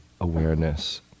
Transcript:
awareness